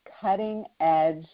cutting-edge